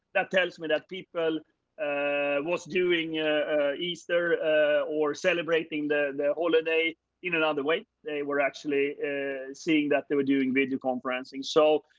that tells me that people ah were doing easter or celebrating the holiday in another way. they were actually and seeing that they were doing videoconferencing. so,